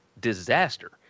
disaster